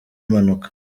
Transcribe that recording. impanuka